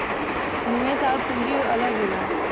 निवेश आउर पूंजी अलग होला